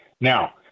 Now